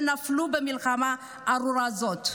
ונפלו במלחמה הארורה הזאת.